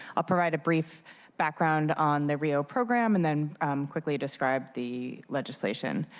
provide a brief background on the real program and then quickly describe the legislation.